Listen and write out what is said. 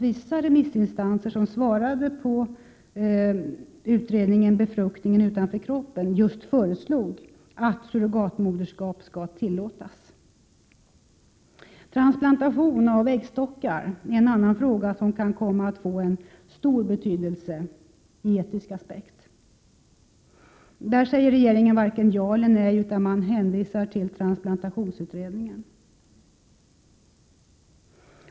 Vissa remissinstanser som tog del av utredningen Befruktning utanför kroppen, föreslog nämligen att surrogatmoderskap skall tillåtas. Transplantation av äggstockar är en annan fråga som kan komma att få stor betydelse ur etisk aspekt. I fråga om detta säger regeringen varken ja eller nej utan hänvisar till transplantationsutredningen.